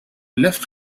lift